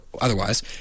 otherwise